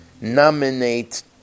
nominate